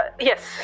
Yes